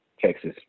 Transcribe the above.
Texas